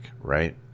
right